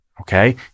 okay